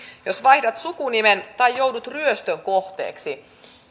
jos vaihdat sukunimen tai joudut ryöstön kohteeksi